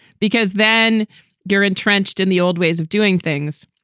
because then you're entrenched in the old ways of doing things.